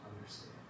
understand